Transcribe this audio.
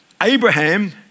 Abraham